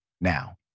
now